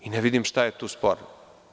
Ne vidim šta je tu sporno.